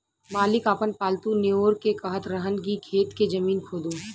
मालिक आपन पालतु नेओर के कहत रहन की खेत के जमीन खोदो